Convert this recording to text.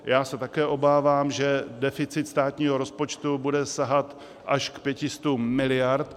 Já se také obávám, že deficit státního rozpočtu bude sahat až k 500 miliardám.